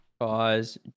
Guys